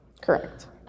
Correct